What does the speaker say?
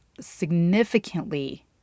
significantly